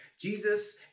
Jesus